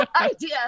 idea